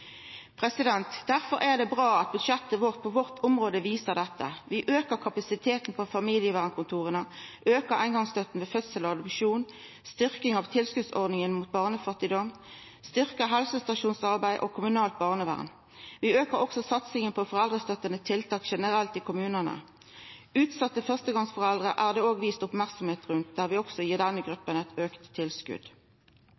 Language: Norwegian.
Derfor er det bra at budsjettet på vårt område viser dette. Vi aukar kapasiteten på familievernkontora, aukar eingongsstøtta ved fødsel og adopsjon, styrkjer tilskotsordninga mot barnefattigdom og styrkjer helsestasjonsarbeidet og det kommunale barnevernet. Vi aukar også satsinga på foreldrestøttande tiltak generelt i kommunane. Utsette førstegongsforeldre er også vist merksemd. Vi gir også denne